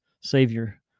Savior